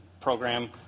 program